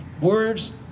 words